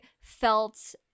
felt